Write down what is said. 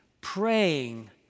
Praying